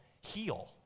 heal